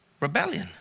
Rebellion